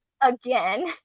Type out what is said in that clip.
again